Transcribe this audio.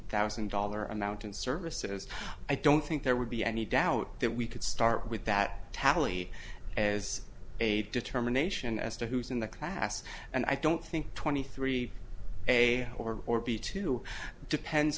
thousand dollar amount in services i don't think there would be any doubt that we could start with that tally as a determination as to who's in the class and i don't think twenty three a or or b two depends